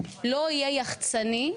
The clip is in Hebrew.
לא יהיה יחצני,